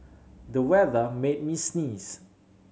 the weather made me sneeze